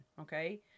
Okay